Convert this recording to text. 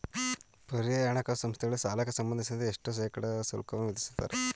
ಪರ್ಯಾಯ ಹಣಕಾಸು ಸಂಸ್ಥೆಗಳಲ್ಲಿ ಸಾಲಕ್ಕೆ ಸಂಬಂಧಿಸಿದಂತೆ ಎಷ್ಟು ಶೇಕಡಾ ಶುಲ್ಕವನ್ನು ವಿಧಿಸುತ್ತಾರೆ?